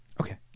Okay